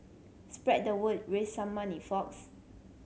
spread the word raise some money folks